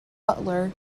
butler